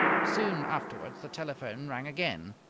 soon afterwards the telephone rang again.